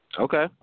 Okay